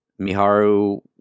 Miharu